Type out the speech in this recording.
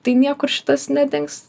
tai niekur šitas nedings